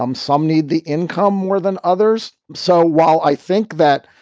um some need the income more than others. so while i think that,